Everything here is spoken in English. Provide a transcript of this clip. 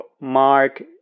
mark